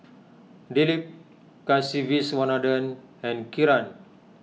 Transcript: Dilip Kasiviswanathan and Kiran